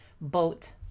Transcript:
boat